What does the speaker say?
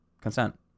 consent